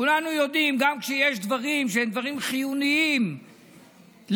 כולנו יודעים: גם כשיש דברים שהם חיוניים לעשייה,